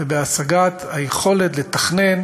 ובהשגת היכולת לתכנן